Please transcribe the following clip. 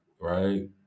right